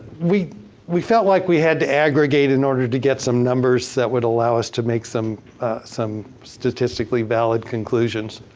we we felt like we had to aggregate in order to get some numbers that would allow us to make some some statistically valid conclusions.